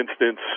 instance